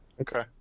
Okay